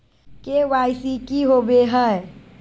KYC की हॉबे हय?